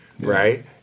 right